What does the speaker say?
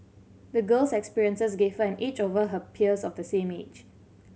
the girl's experiences gave her an edge over her peers of the same age